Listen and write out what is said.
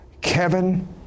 Kevin